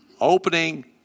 Opening